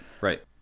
right